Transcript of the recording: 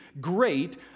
great